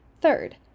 Third